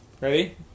Ready